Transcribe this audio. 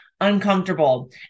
uncomfortable